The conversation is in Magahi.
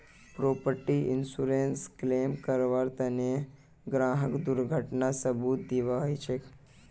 प्रॉपर्टी इन्शुरन्सत क्लेम करबार तने ग्राहकक दुर्घटनार सबूत दीबा ह छेक